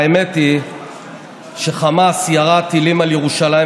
והאמת היא שחמאס ירה טילים על ירושלים